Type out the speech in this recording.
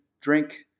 drink